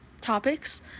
topics